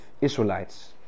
Israelites